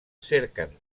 cerquen